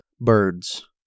birds